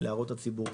להערות הציבור,